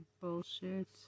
bullshit